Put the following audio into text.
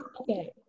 okay